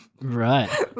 right